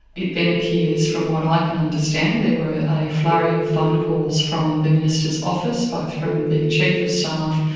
it then appears, from what ah i can understand, there were a flurry of phone calls from the minister's office, both from the chief of staff,